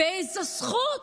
באיזו זכות?